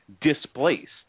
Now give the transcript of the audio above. displaced